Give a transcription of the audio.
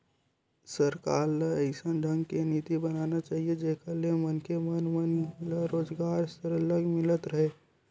सरकार ल अइसन ढंग के नीति बनाना चाही जेखर ले मनखे मन मन ल रोजगार सरलग मिलत राहय